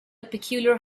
peculiar